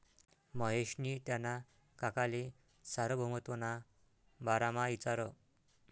महेशनी त्याना काकाले सार्वभौमत्वना बारामा इचारं